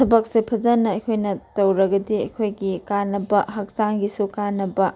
ꯊꯕꯛꯁꯦ ꯐꯖꯅ ꯑꯩꯈꯣꯏꯅ ꯇꯧꯔꯒꯗꯤ ꯑꯩꯈꯣꯏꯒꯤ ꯀꯥꯟꯅꯕ ꯍꯛꯆꯥꯡꯒꯤꯁꯨ ꯀꯥꯟꯅꯕ